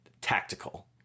tactical